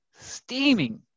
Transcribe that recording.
steaming